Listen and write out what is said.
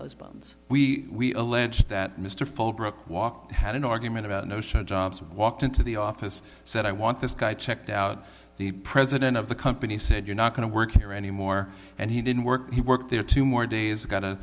those bones we allege that mr fallbrook walked had an argument about no shirt jobs walked into the office said i want this guy checked out the president of the company said you're not going to work here anymore and he didn't work he worked there two more days got